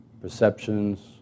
perceptions